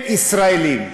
הם ישראלים.